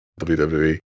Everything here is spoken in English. WWE